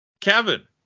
Kevin